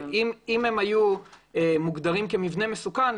אם הם היו מוגדרים כמבנה מסוכן,